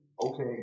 okay